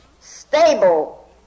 stable